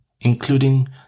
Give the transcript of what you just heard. including